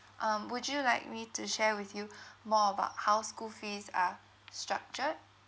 um would you like me to share with you more about how school fees are structured